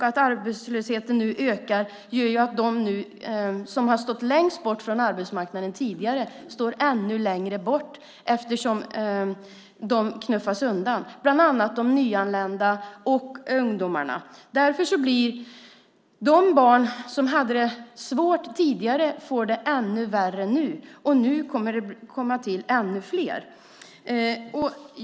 Att arbetslösheten nu ökar gör att de som har stått längst bort från arbetsmarknaden tidigare står ännu längre bort nu eftersom de knuffas undan, bland annat de nyanlända och ungdomarna. Därför är det så att de barn som hade det svårt tidigare får det ännu sämre nu, och nu kommer det att komma till ännu fler.